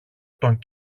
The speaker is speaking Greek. τον